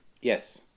Yes